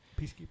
Peacekeeper